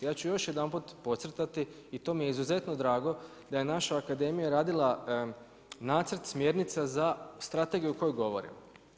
Ja ću još jedanput podcrtati i to mi je izuzetno drago da je naša akademija radila nacrt smjernica za strategiju o kojoj govorimo.